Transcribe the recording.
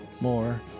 more